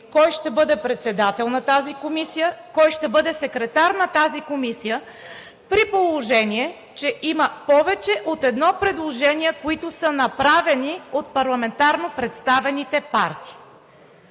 кой ще бъде председател на тази комисия, кой ще бъде секретар на тази комисия, при положение че има повече от едно предложение, които са направени от парламентарно представените партии?